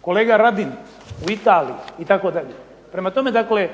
Kolega Radin, u Italiji itd. Prema tome, dakle,